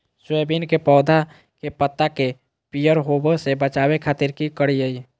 Soybean के पौधा के पत्ता के पियर होबे से बचावे खातिर की करिअई?